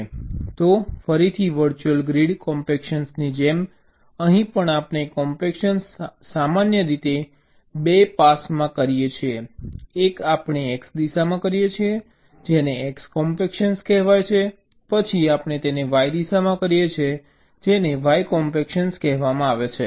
તો ફરીથી virtual grid કોમ્પેક્શનની જેમ અહીં પણ આપણે કોમ્પેક્શન સામાન્ય રીતે 2 પાસમાં કરીએ છીએ એક આપણે x દિશામાં કરીએ છીએ જેને x કોમ્પેક્શન કહેવાય છે પછી આપણે તેને y દિશામાં કરીએ છીએ જેને y કોમ્પેક્શન કહેવાય છે